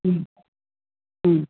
ம் ம்